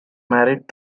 married